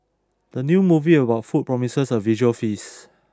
the new movie about food promises a visual feast